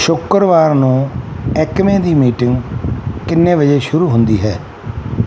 ਸ਼ੁੱਕਰਵਾਰ ਨੂੰ ਐਕਮੇ ਦੀ ਮੀਟਿੰਗ ਕਿੰਨੇ ਵਜੇ ਸ਼ੁਰੂ ਹੁੰਦੀ ਹੈ